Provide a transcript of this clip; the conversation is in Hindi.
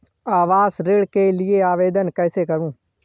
आवास ऋण के लिए आवेदन कैसे करुँ?